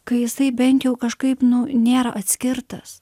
kai jisai bent jau kažkaip nu nėra atskirtas